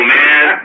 man